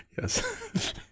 Yes